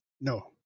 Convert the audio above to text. No